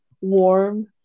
warm